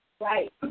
Right